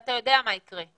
אתה יודע מה יקרה,